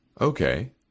Okay